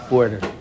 Border